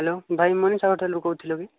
hello ଭାଇ ମନୀଷା ହୋଟେଲ୍ରୁ କହୁଥିଲେ କି